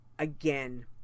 Again